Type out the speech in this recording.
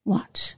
Watch